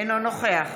אינו נוכח